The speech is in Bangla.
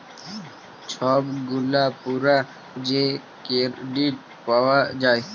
ছব গুলা পুরা যে কেরডিট পাউয়া যায়